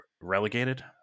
relegated